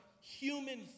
human